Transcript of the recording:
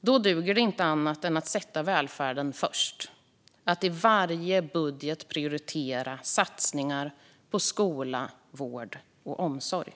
Då duger inte annat än att sätta välfärden först - att i varje budget prioritera satsningar på skola, vård och omsorg.